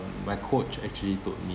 my coach actually told me